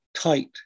tight